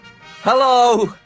Hello